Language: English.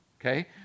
okay